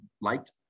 liked